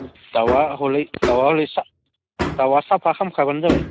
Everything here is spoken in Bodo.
दाउआ हले दाउआ साफा खालामखाबानो जाबाय